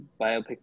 biopic